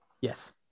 Yes